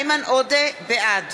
בעד